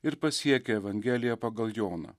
ir pasiekia evangeliją pagal joną